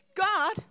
God